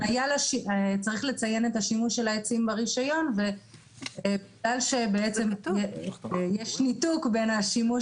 צריך לציין את השימוש של העצים ברישיון בגלל שבעצם יש ניתוק בין השימוש